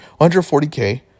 140k